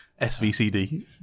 SVCD